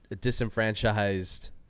disenfranchised